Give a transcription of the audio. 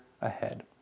ahead